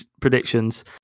predictions